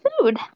food